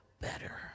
better